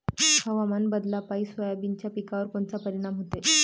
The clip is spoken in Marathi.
हवामान बदलापायी सोयाबीनच्या पिकावर कोनचा परिणाम होते?